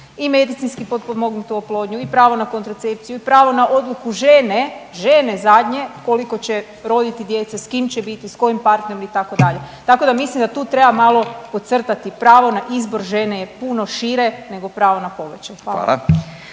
i medicinski potpomognutu oplodnju i pravo na kontracepciju i pravo na odluku žene, žene zadnje, koliko će roditi djece, s kim će biti, s kojim partnerom, itd., tako da mislim da tu treba malo podcrtati, pravo na izbor žene je puno šire nego pravo na pobačaj.